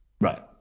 right